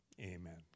amen